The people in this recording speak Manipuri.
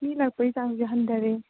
ꯃꯤ ꯂꯥꯛꯄꯒꯤ ꯆꯥꯡꯁꯦ ꯍꯟꯊꯔꯦ